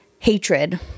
hatred